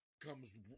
comes